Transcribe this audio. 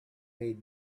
made